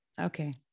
Okay